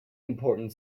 important